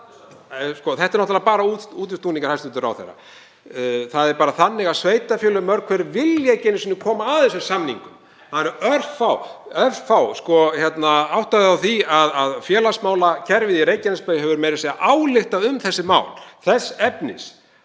Þetta er náttúrlega bara útúrsnúningur, hæstv. ráðherra. Það er bara þannig að sveitarfélög mörg hver vilja ekki einu sinni koma að þessum samningum. Það eru örfá. Áttaðu þig á því að félagsmálakerfið í Reykjanesbæ hefur meira að segja ályktað um þessi mál þess efnis